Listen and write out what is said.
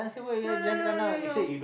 no no no no no